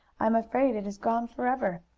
i am afraid it is gone forever.